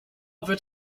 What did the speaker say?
wird